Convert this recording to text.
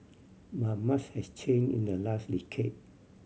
but much has change in the last decade